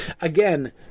Again